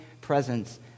presence